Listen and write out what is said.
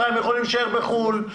הם יכולים להישאר בחו"ל,